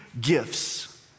gifts